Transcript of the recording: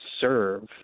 serve